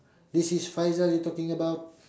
this is faizal you're talking about